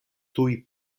tuj